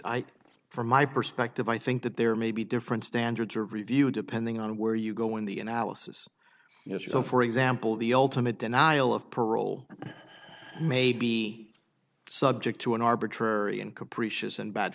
i from my perspective i think that there may be different standards of review depending on where you go in the analysis you know so for example the ultimate denial of parole may be subject to an arbitrary and